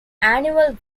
annual